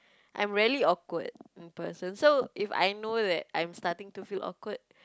I'm rarely awkward in person so if I know that I'm starting to feel awkward